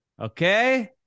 Okay